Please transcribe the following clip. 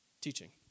Teaching